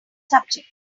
subject